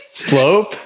Slope